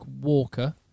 Walker